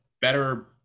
better